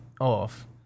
off